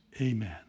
Amen